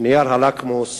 נייר הלקמוס